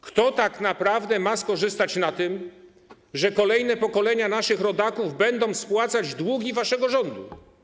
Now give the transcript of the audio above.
Kto tak naprawdę ma skorzystać na tym, że kolejne pokolenia naszych rodaków będą spłacać długi waszego rządu?